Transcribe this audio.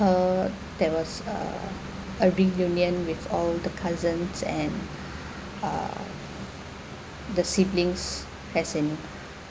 uh that was a a reunion with all the cousins and uh the siblings as in